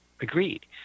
agreed